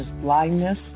blindness